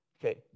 Okay